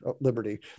liberty